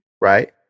right